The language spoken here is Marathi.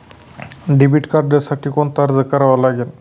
डेबिट कार्डसाठी कोणता अर्ज करावा लागेल?